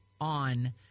on